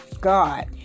God